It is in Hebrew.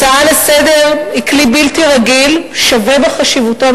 הצעה לסדר-היום היא כלי בלתי רגיל ששווה בחשיבותו,